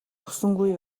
өгсөнгүй